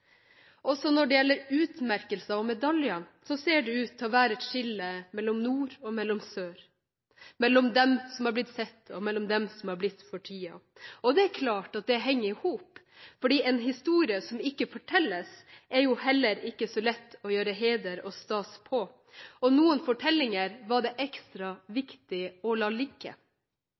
Også når det gjelder utmerkelser og medaljer, ser det ut til å være et skille mellom nord og sør, mellom dem som har blitt sett og dem som har blitt fortiet. Det er klart at dette henger i hop, for en historie som ikke fortelles, er jo heller ikke så lett å gjøre heder og stas på. Og noen fortellinger var det ekstra